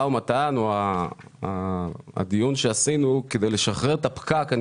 ומתן והדיון שעשינו כדי לשחרר את הפקק.